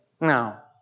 Now